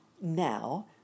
Now